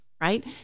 Right